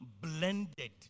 Blended